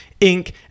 Inc